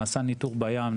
נעשה ניתור בים,